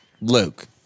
Luke